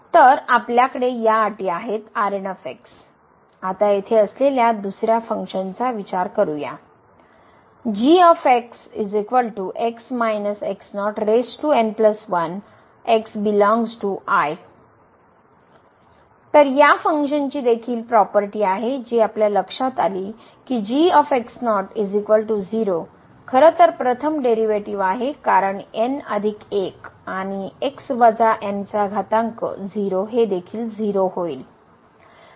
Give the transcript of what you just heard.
तर आपल्याकडे या अटी आहेत Rn आता येथे असलेल्या दुसर्या फंक्शनचा विचार करूया तर ह्या फंक्शनची देखील प्रॉपर्टी आहे जी आपल्या लक्षात आली की खरं तर प्रथम डेरीवेटीव आहे कारण n अधिक 1 आणि x वजा n चा घातांक 0 हे देखील 0 होईल